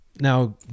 Now